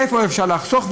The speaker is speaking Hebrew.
איפה אפשר לחסוך,